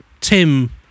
tim